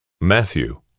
Matthew